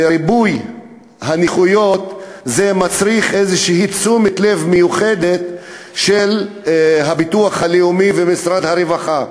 ריבוי הנכויות מצריך תשומת לב מיוחדת של הביטוח הלאומי ומשרד הרווחה.